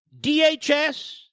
DHS